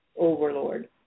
overlord